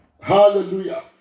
Hallelujah